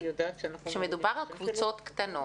כשמדובר על קבוצות קטנות,